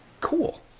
Cool